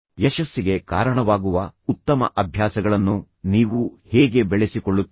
ಯಶಸ್ಸಿಗೆ ಕಾರಣವಾಗುವ ಉತ್ತಮ ಅಭ್ಯಾಸಗಳನ್ನು ನೀವು ಹೇಗೆ ಬೆಳೆಸಿಕೊಳ್ಳುತ್ತೀರಿ